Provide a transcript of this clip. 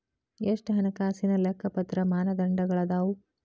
ಎಷ್ಟ ಹಣಕಾಸಿನ್ ಲೆಕ್ಕಪತ್ರ ಮಾನದಂಡಗಳದಾವು?